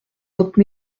votre